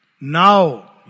Now